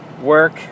work